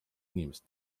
inimest